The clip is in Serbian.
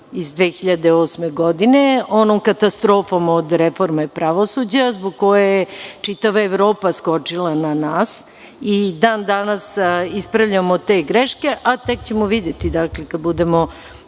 iz 2008. godine, onom katastrofom od reforme pravosuđa, zbog čega je čitava Evropa skočila na nas. Dan danas ispravljamo te greške, a tek ćemo videti kada budemo